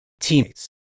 Teammates